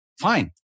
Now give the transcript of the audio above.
fine